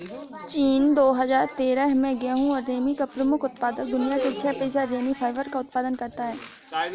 चीन, दो हजार तेरह में गेहूं और रेमी का प्रमुख उत्पादक, दुनिया के छह प्रतिशत रेमी फाइबर का उत्पादन करता है